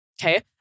okay